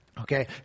Okay